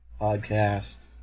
podcast